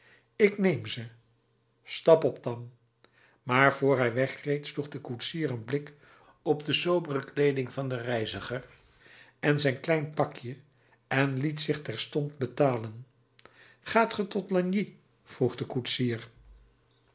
ik neem ze stap op dan maar voor hij wegreed sloeg de koetsier een blik op de sobere kleeding van den reiziger en zijn klein pakje en liet zich terstond betalen gaat ge tot lagny vroeg de koetsier